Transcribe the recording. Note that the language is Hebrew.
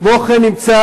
כמו כן נמצא,